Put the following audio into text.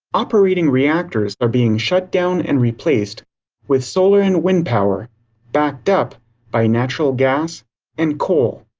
operating reactors are being shut down and replaced with solar and wind power backed up by natural gas and coal.